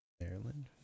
Maryland